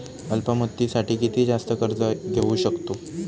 अल्प मुदतीसाठी किती जास्त कर्ज घेऊ शकतो?